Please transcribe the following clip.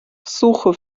suche